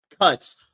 cuts